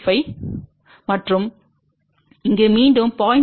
25ʎ மற்றும் இங்கு மீண்டும் 0